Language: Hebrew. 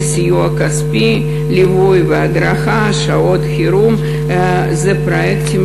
זה סיוע כספי, ליווי והדרכה, שעות חירום, פרויקטים